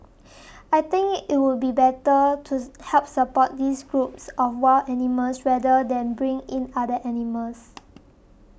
I think it would be better to help support these groups of wild animals rather than bring in other animals